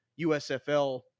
USFL